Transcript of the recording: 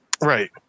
Right